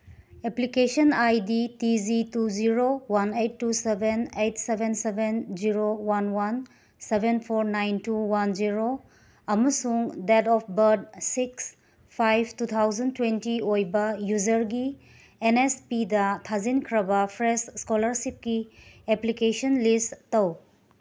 application I D T G two zero one eight two seven eight seven seven zero one one seven four nine two one zero ꯑꯃꯁꯨꯡ date of birth six five two thousand twenty ꯑꯣꯏꯕ ꯌꯨꯖꯔꯒꯤ N S ꯄꯤꯗ ꯊꯥꯖꯤꯟꯈ꯭ꯔꯕ fresh ꯏꯁꯀꯣꯂꯔꯁꯤꯞꯀꯤ application ꯂꯤꯁ ꯇꯧ